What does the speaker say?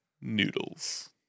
noodles